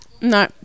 no